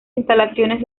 instalaciones